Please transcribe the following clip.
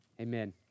amen